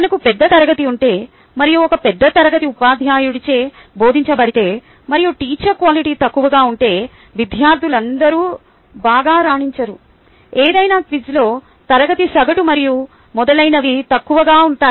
మనకు పెద్ద తరగతి ఉంటే మరియు ఒక పెద్ద తరగతి ఉపాధ్యాయుడిచే బోధించబడితే మరియు టీచర్ క్వాలిటి తక్కువగా ఉంటే విద్యార్థులందరూ బాగా రాణించరుఏదైనా క్విజ్లో తరగతి సగటు మరియు మొదలైనవి తక్కువగా ఉంటాయి